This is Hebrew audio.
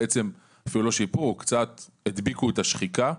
בעצם אפילו לא שיפרו, קצת הדביקו את השחיקה.